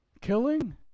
killing